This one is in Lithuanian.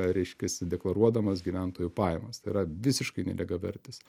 reiškiasi deklaruodamas gyventojų pajamas tai yra visiškai nelygiavertis